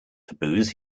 taboos